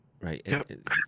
right